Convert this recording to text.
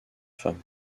femme